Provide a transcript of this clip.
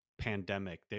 pandemic